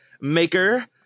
maker